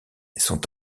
sont